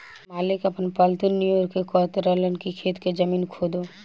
मालिक आपन पालतु नेओर के कहत रहन की खेत के जमीन खोदो